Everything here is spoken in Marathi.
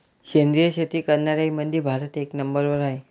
सेंद्रिय शेती करनाऱ्याईमंधी भारत एक नंबरवर हाय